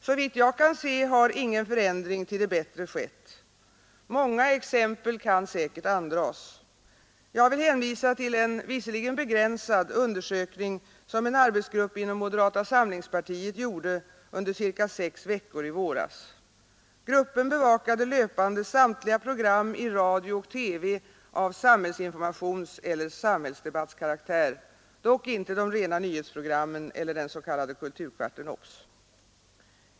Såvitt jag kan se har ingen förändring till det bättre skett. Många exempel kan säkert anföras. Jag vill hänvisa till en — visserligen begränsad — undersökning som en arbetsgrupp inom moderata samlingspartiet gjorde under omkring sex veckor i våras. Gruppen bevakade löpande samtliga program i radio och TV av samhällsinformationseller samhällsdebattskaraktär, dock inte de rena nyhetsprogrammen eller den programpunkt som går under namnet OBS! =— kulturkvarten.